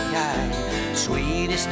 Sweetest